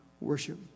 worship